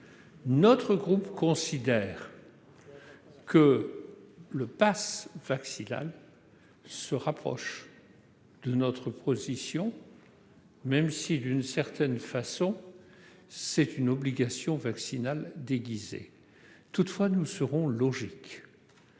Notre groupe considère que le passe vaccinal se rapproche de sa position, même si, d'une certaine façon, c'est une obligation vaccinale déguisée. Nous serons logiques,